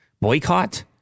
boycott